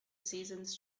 seasons